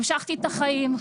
המשכתי את החיים,